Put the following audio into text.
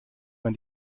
man